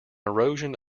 erosion